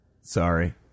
Sorry